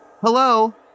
Hello